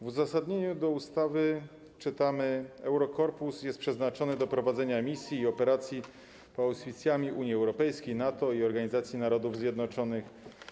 W uzasadnieniu do ustawy czytamy: Eurokorpus jest przeznaczony do prowadzenia misji i operacji pod auspicjami Unii Europejskiej, NATO i Organizacji Narodów Zjednoczonych.